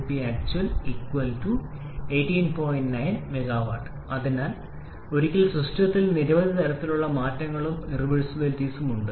9𝑀𝑊 അതിനാൽ ഒരിക്കൽ സിസ്റ്റത്തിൽ നിരവധി തരത്തിലുള്ള മാറ്റങ്ങളും ഇർറിവേഴ്സിബിലിറ്റീസ്കളും ഉണ്ട്